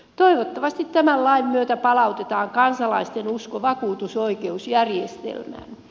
toivottavasti tämän lain myötä palautetaan kansalaisten usko vakuutusoikeusjärjestelmään